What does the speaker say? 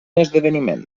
esdeveniment